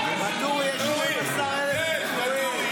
המומחה --- ראש אכ"א אמר את זה, לא?